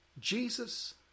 Jesus